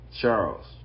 Charles